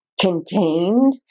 Contained